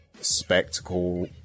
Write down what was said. Spectacle